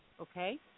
Okay